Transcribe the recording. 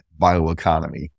bioeconomy